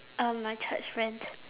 um my church friends